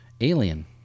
Alien